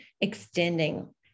extending